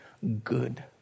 good